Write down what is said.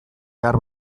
behar